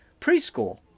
preschool